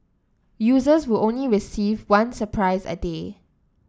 users will only receive one surprise a day